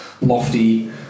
lofty